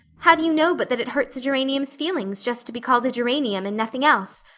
how do you know but that it hurts a geranium's feelings just to be called a geranium and nothing else?